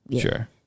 sure